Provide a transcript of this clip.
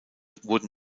wurden